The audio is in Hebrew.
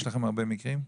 יש לכם הרבה מקרים?